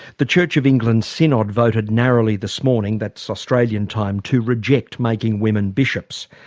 the church of england's synod voted narrowly this morning, that's australian time, to reject making women bishops.